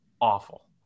awful